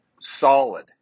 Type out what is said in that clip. solid